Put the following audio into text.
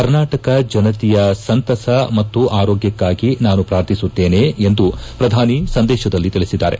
ಕರ್ನಾಟಕ ಜನತೆಯ ಸಂತಸ ಮತ್ತು ಆರೋಗ್ಡಕ್ಕಾಗಿ ನಾನು ಪ್ರಾರ್ಥಿಸುತ್ತೇನೆ ಎಂದು ಪ್ರಧಾನಿ ಸಂದೇಶದಲ್ಲಿ ತಿಳಿಸಿದ್ದಾರೆ